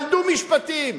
למדו משפטים,